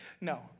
No